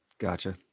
Gotcha